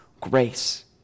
grace